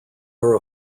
are